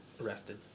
arrested